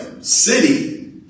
city